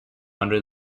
under